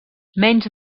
menys